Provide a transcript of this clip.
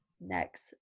Next